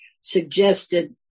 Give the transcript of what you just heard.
suggested